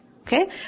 Okay